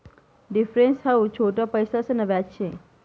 difference हाऊ छोट पैसासन व्याज शे